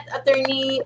Attorney